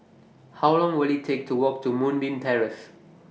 How Long Will IT Take to Walk to Moonbeam Terrace